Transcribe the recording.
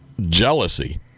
jealousy